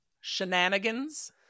shenanigans